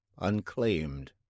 Unclaimed